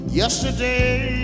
yesterday